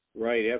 Right